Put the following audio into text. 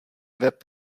web